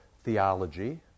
theology